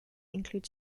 include